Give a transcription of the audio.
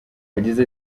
yagize